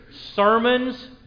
sermons